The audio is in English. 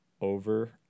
over